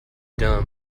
dumb